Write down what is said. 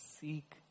seek